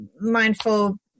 mindful